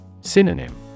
Synonym